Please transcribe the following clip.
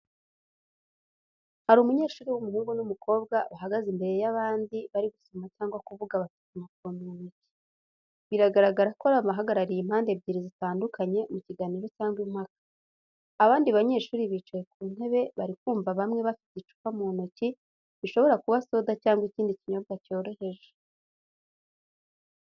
Hari umunyeshuri w’umuhungu n’umukobwa bahagaze imbere y’abandi bari gusoma cyangwa kuvuga bafite impapuro mu ntoki. Biragaragara ko ari abahagarariye impande ebyiri zitandukanye mu kiganiro cyangwa impaka. Abandi banyeshuri bicaye ku ntebe bari kumva bamwe bafite icupa mu ntoki bishobora kuba soda cyangwa ikindi kinyobwa cyoroheje.